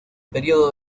período